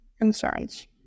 concerns